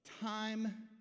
time